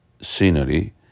scenery